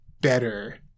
better